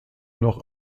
noch